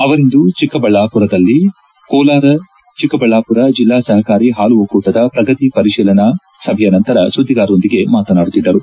ಅವರಿಂದು ಚೆಕ್ಕಬಳ್ಳಾಪುರದಲ್ಲಿ ಕೋಲಾರ ಚಿಕ್ಲಬಳ್ಳಾಪುರ ಜಿಲ್ಲಾ ಸಹಕಾರಿ ಹಾಲು ಒಕ್ಕೂಟದ ಪ್ರಗತಿ ಪರಿಶೀಲನಾ ಸಭೆಯ ನಂತರ ಸುದ್ದಿಗಾರರೊಂದಿಗೆ ಮಾತನಾಡುತ್ತಿದ್ದರು